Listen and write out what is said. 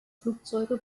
flugzeuge